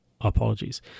Apologies